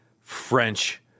French